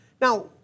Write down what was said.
Now